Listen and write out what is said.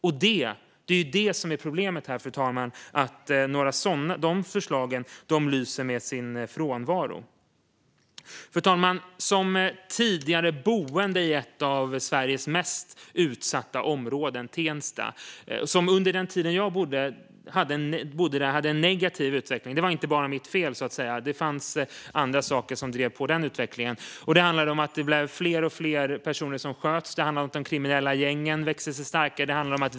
Det är det som är problemet här, fru talman. Och förslagen för det lyser med sin frånvaro. Jag bodde tidigare i ett av Sveriges mest utsatta områden, Tensta. Under den tid jag bodde där var det en negativ utveckling - det var inte bara mitt fel, utan det fanns andra saker som drev på den utvecklingen. Allt fler personer sköts, och de kriminella gängen växte sig starka.